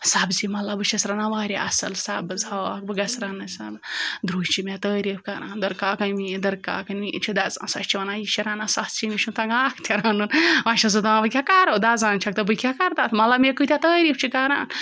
سبزی مطلب بہٕ چھٮ۪س رَنان واریاہ اَصٕل سَبٕز ہاکھ بہٕ گژھٕ رَننٕۍ سَنہٕ دُرٛے چھِ مےٚ تعاریٖف کَران دٔرکاکَنۍ میٛٲنۍ دٔرکان یہِ چھےٚ دَزان سۄ چھےٚ وَنان یہِ چھےٚ رَنان سَتھ سِنۍ مےٚ چھُنہٕ تَگان اَکھ تہِ رَنُن وۄنۍ چھٮ۪س بہٕ دَپان بہٕ کیٛاہ کَرو دَزان چھَکھ تہٕ بہٕ کیٛاہ کَرٕ تَتھ مطلب مےٚ کۭتیٛاہ تعاریٖف چھِ کَران